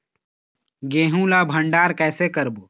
गेहूं ला भंडार कई से करबो?